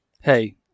Hey